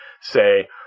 say